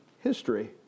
history